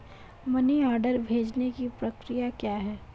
Money order भेजने की प्रक्रिया क्या है?